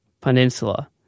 Peninsula